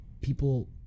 people